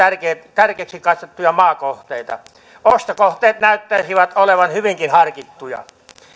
tärkeiksi katsottuja maakohteita ostokohteet näyttäisivät olevan hyvinkin harkittuja